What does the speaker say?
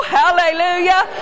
hallelujah